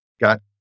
got